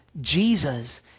Jesus